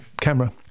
camera